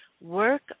work